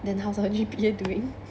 then how's your G_P_A doing